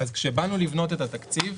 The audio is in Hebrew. כשבאנו לבנות את התקציב,